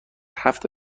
هفت